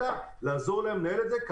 אלא לעזור להם לנהל את זה,